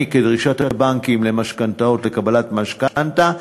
כדרישת הבנקים למשכנתאות לשם קבלת משכנתה,